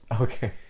Okay